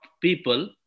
people